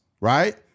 right